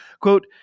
Quote